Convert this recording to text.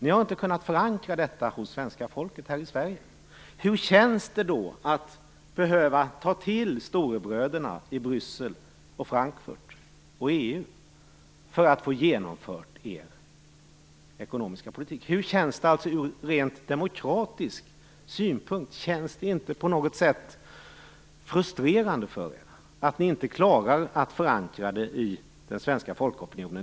Ni har inte kunnat få någon förankring hos det svenska folket. Hur känns det då att behöva ta till storebröderna i Bryssel, Frankfurt och EU för att få er ekonomiska politik genomförd? Hur känns det från ren demokratisk synpunkt? Känns det inte på något sätt frustrerande att ni inte klarar att förankra detta hos den svenska folkopinionen?